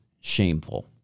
shameful